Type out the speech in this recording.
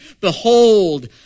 Behold